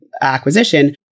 acquisition